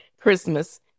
Christmas